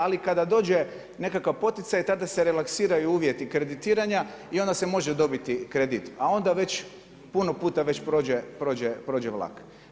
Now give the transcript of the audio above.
Ali kada dođe nekakav poticaj tada se relaksiraju uvjeti kreditiranja i onda se može dobiti kredit a onda već puno puta već prođe Vlak.